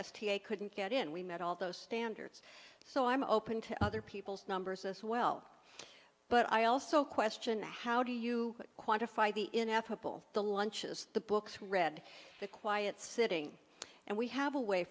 s t a couldn't get in we met all those standards so i'm open to other peoples numbers as well but i also question how do you quantify the ineffable the lunches the books read the quiet sitting and we have a way